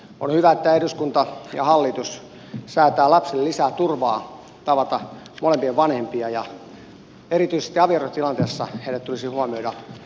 on hyvä että eduskunta ja hallitus säätävät lapsille lisää turvaa tavata molempia vanhempia ja erityisesti avioerotilanteessa heidät tulisi huomioida tasapuolisesti